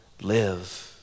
live